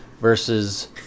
versus